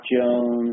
Jones